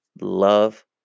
love